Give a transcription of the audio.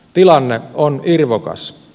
tilanne on irvokas